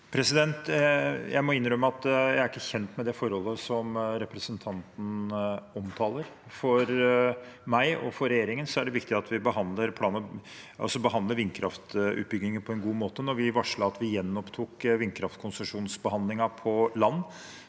jeg ikke er kjent med det forholdet representan ten omtaler. For meg og regjeringen er det viktig at vi behandler vindkraftutbygginger på en god måte. Da vi varslet at vi gjenopptok vindkraftkonsesjonsbehandlingen på land,